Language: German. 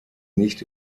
nicht